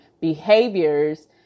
behaviors